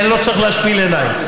כי אני לא צריך להשפיל עיניים.